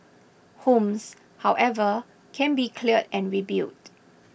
homes however can be cleared and rebuilt